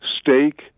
steak